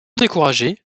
découragé